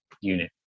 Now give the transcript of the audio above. unit